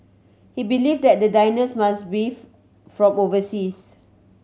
he believe that the diners must be from overseas